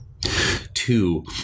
Two